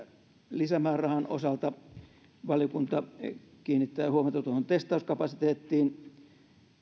lisämäärärahan osalta valiokunta kiinnittää huomiota testauskapasiteettiin